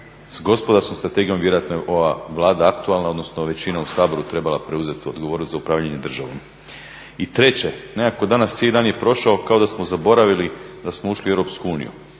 S gospodarskom strategijom vjerojatno je ova Vlada aktualna, odnosno većina u Saboru trebala preuzeti odgovornost za upravljanje državom. I treće, nekako danas cijeli dan je prošao kao da smo zaboravili da smo ušli u EU i